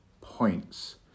points